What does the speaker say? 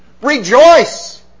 Rejoice